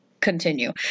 continue